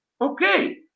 Okay